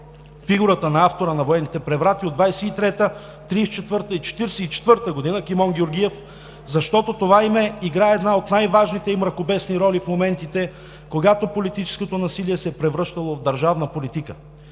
фигурата на автора на военните преврати от 1923 г., 1934 г. и 1944 г. Кимон Георгиев, защото това име играе една от най-важните и мракобесни роли в моментите, когато политическото насилие се е превръщало в държавна политика.